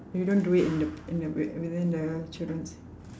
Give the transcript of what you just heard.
we don't do it in the in the within the children's